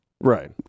Right